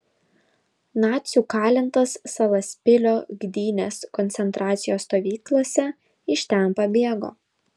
nacių kalintas salaspilio gdynės koncentracijos stovyklose iš ten pabėgo